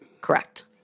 Correct